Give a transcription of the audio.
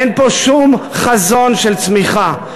אין פה שום חזון של צמיחה.